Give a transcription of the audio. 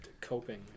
coping